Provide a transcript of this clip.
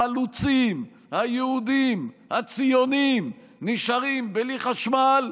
החלוצים היהודים הציונים נשארים בלי חשמל,